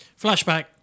Flashback